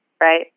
right